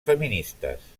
feministes